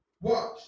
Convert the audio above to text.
Watch